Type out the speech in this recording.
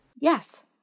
Yes